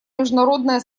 международное